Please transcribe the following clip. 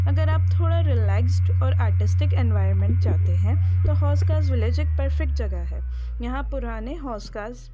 اگر آپ تھوڑا ریلیکسڈ اور آرٹسٹک انوائرمنٹ چاہتے ہیں تو حوض خاص ولیج ایک پرفیکٹ جگہ ہے یہاں پرانے حوض خاص